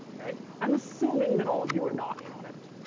right? i'm assuming that all of you are not in on it.